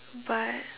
but